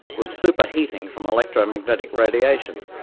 was superheating from electromagnetic radiation.